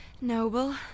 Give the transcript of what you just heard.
noble